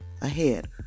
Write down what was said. ahead